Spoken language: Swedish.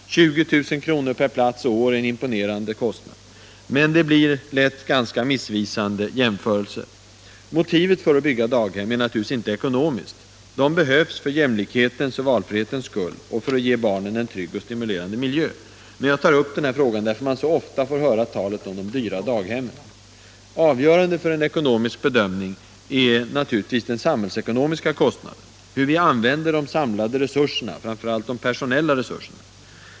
20 000 kr. per plats och år är en imponerande kostnad. Men det blir lätt ganska missvisande jämförelser. Motivet för att bygga daghem är naturligtvis inte ekonomiskt. Daghemmen behövs för jämlikhetens och valfrihetens skull och för att ge barnen en trygg och stimulerande miljö. Men jag tar upp frågan därför att man så ofta får höra talet om de dyra daghemmen. Avgörande för en ekonomisk bedömning är den samhällsekonomiska kostnaden, hur vi använder de samlade resurserna, framför allt de personella resurserna.